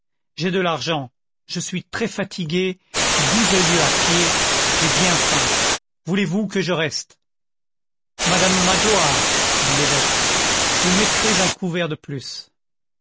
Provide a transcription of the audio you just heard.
j'ai de l'argent je suis très fatigué douze lieues à pied j'ai bien faim voulez-vous que je reste madame magloire dit l'évêque vous mettrez un couvert de plus